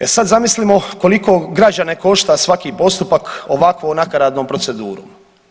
E sad zamislimo koliko građane košta svaki postupak ovakvom nakaradnom procedurom.